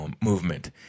movement